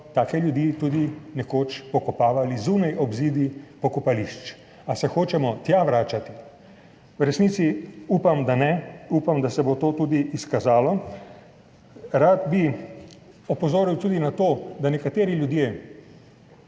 take ljudi tudi nekoč pokopavali zunaj obzidij pokopališč. A se hočemo tja vračati? V resnici upam, da ne, da se bo to tudi izkazalo. Rad bi opozoril tudi na to, da nekateri ljudje,